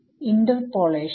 interpolation